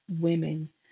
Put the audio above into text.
women